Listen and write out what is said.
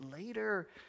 later